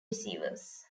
receivers